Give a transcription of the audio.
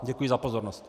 Děkuji za pozornost.